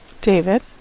David